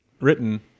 written